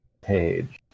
page